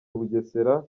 bugesera